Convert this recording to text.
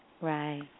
Right